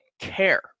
care